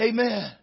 Amen